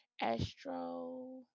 Astro